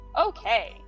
Okay